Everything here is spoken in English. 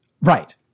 Right